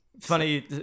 Funny